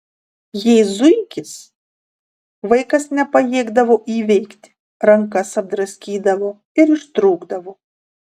jei zuikis vaikas nepajėgdavo įveikti rankas apdraskydavo ir ištrūkdavo